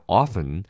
often